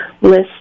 list